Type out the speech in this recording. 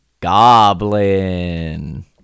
Goblin